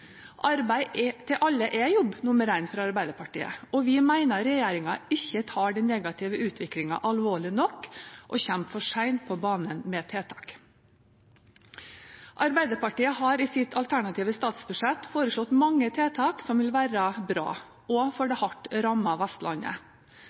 Arbeid til alle er jobb nummer én for Arbeiderpartiet. Vi mener regjeringen ikke tar den negative utviklingen alvorlig nok, og kommer for sent på banen med tiltak. Vi i Arbeiderpartiet har i vårt alternative statsbudsjett foreslått mange tiltak som vil være bra, også for det hardt rammede Vestlandet: